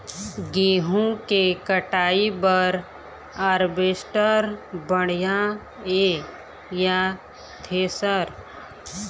गेहूं के कटाई बर हारवेस्टर बढ़िया ये या थ्रेसर?